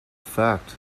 fact